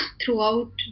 throughout